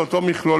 זה אותו מכלול,